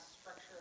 structure